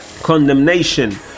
condemnation